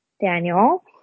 Daniel